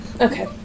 okay